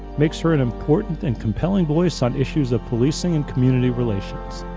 makes her an important and compelling voice on issues of policing and community relations.